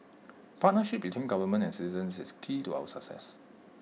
partnership between government and citizens is key to our success